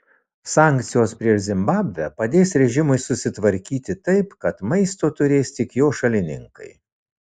sankcijos prieš zimbabvę padės režimui susitvarkyti taip kad maisto turės tik jo šalininkai